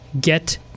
get